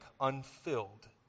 unfilled